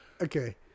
okay